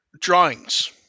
drawings